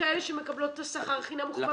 לכאלה שמקבלות את השכר הכי נמוך במשק.